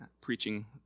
preaching